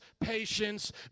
patience